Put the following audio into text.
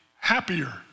happier